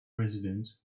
residents